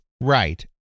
Right